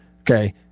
Okay